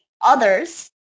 others